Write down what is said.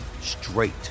straight